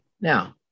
Now